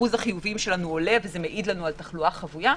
אחוז החיוביים שלנו עולה וזה מעיד לנו על תחלואה חבויה,